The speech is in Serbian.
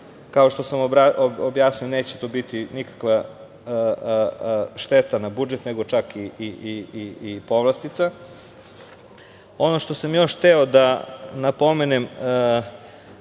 Kao što sam objasnio, neće to biti nikakva šteta na budžet, nego čak i povlastica. Ono što sam još hteo da napomenem